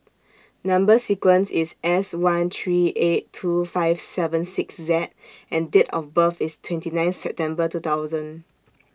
Number sequence IS S one three eight two five seven six Z and Date of birth IS twenty nine September two thousand